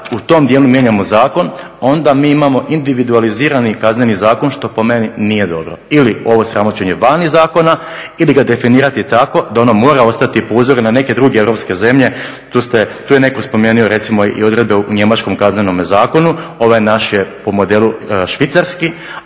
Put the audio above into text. u tom dijelu mijenjamo zakon, onda mi imamo individualizirani kazneni zakon što po meni nije dobro. Ili ovo sramoćenje vani zakona ili da definirati tako da ono mora ostati po uzoru na neke druge europske zemlje. Tu je netko spomenuo recimo i odredbe u njemačkom kaznenom zakonu, ovaj naš je po modelu švicarski,